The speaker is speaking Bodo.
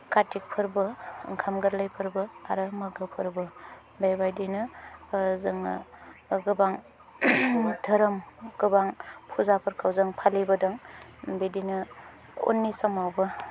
कार्तिक फोरबो ओंखाम गोरलै फोरबो आरो मागो फोरबो बेबायदिनो जोङो गोबां धोरोम गोबां फुजाफोरखौ जों फालिबोदों बिदिनो उननि समावबो